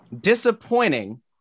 disappointing